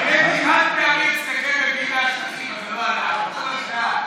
האמת, החד-פעמי, תסתכל, הם מביאים מהשטחים,